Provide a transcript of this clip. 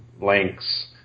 lengths